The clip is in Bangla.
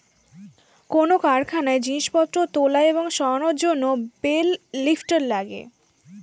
কোন কারখানায় জিনিসপত্র তোলা এবং সরানোর জন্যে বেল লিফ্টার লাগে